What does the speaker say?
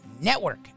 Network